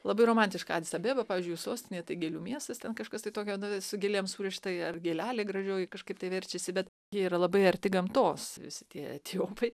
labai romantiška adis abeba pavyzdžiui jų sostinė tai gėlių miestas ten kažkas tai tokio su gėlėm surišta ar gėlelė gražioji kažkaip tai verčiasi bet jie yra labai arti gamtos visi tie etiopai